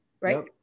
right